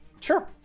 Sure